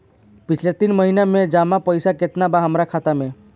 पिछला तीन महीना के जमा पैसा केतना बा हमरा खाता मे?